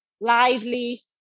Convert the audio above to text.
Lively